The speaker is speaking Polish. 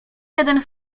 jeden